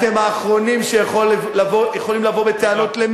אתם האחרונים שיכולים לבוא בטענות, תודה.